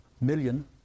million